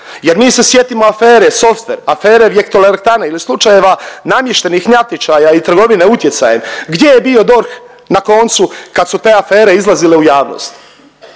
jer mi se sjetimo Softver, afere Vjetroelektrane ili slučajeva namještenih natječaja i trgovine utjecajem. Gdje je bio DORH na koncu kad su te afere izlazile u javnost?